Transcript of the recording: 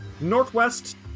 northwest